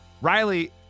Riley